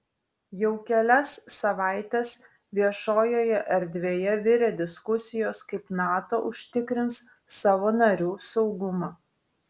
jau kelias savaites viešojoje erdvėje virė diskusijos kaip nato užtikrins savo narių saugumą